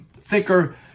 thicker